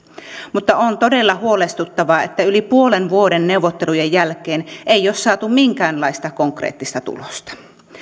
mutta on todella huolestuttavaa että yli puolen vuoden neuvottelujen jälkeen ei ole saatu minkäänlaista konkreettista tulosta